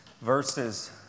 verses